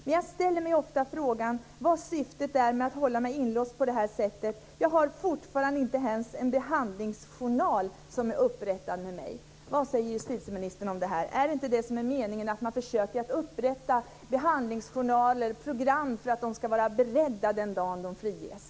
Men jag ställer mig ofta frågan vad syftet är med att hålla mig inlåst på det här sättet. Jag har fortfarande inte ens en behandlingsjournal som är upprättad med mig. Vad säger justitieministern om detta? Är det inte meningen att man ska försöka upprätta behandlingsjournaler och program för att de ska vara beredda den dagen de friges?